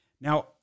Now